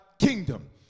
kingdom